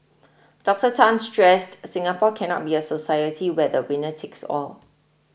Doctor Tan stressed Singapore cannot be a society where the winner takes all